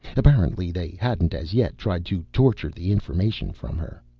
apparently they hadn't, as yet, tried to torture the information from her.